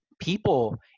People